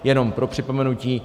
Jenom pro připomenutí.